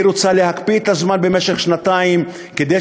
היא רוצה להקפיא את הזמן במשך שנתיים כדי